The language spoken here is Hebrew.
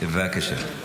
בבקשה.